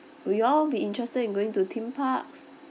will you all be interested in going to theme parks